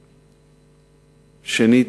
שנית,